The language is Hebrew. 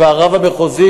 והרב המחוזי,